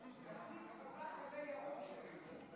למדתי ממנה איך עושים את זה.